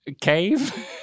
cave